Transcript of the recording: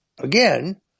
again